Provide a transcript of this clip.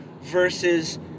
versus